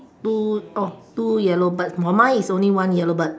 two oh two yellow bird but mine is only one yellow bird